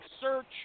search